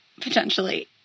potentially